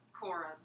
Cora